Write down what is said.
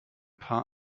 paar